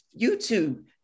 YouTube